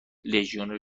لژیونر